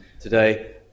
today